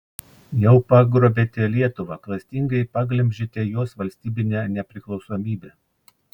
jau pagrobėte lietuvą klastingai paglemžėte jos valstybinę nepriklausomybę